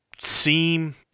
seem